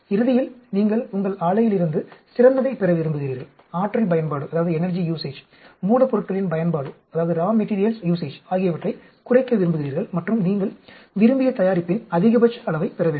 இறுதியில் நீங்கள் உங்கள் ஆலையிலிருந்து சிறந்ததைப் பெற விரும்புகிறீர்கள் ஆற்றல் பயன்பாடு மூலப்பொருட்களின் பயன்பாடு ஆகியவற்றைக் குறைக்க விரும்புகிறீர்கள் மற்றும் நீங்கள் விரும்பிய தயாரிப்பின் அதிகபட்ச அளவைப் பெற வேண்டும்